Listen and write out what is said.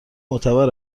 معتبر